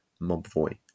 Mobvoi